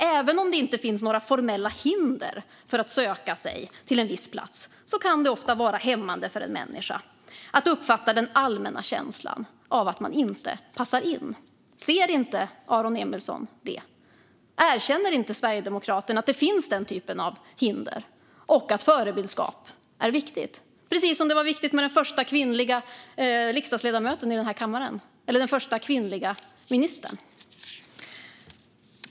Även om det inte finns några formella hinder för att söka sig till en viss plats kan det ofta vara hämmande för en människa att uppleva den allmänna känslan av att inte passa in. Ser inte Aron Emilsson detta? Erkänner inte Sverigedemokraterna att det finns hinder av denna typ och att förebildskap är viktigt, precis som det var viktigt med den första kvinnliga riksdagsledamoten i denna kammare, eller den första kvinnliga ministern?